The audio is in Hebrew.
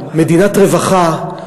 מדינת רווחה,